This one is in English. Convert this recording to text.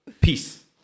Peace